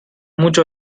mucho